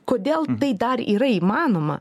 kodėl tai dar yra įmanoma